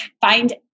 find